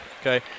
Okay